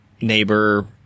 neighbor